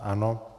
Ano.